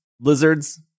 lizards